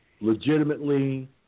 legitimately